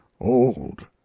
old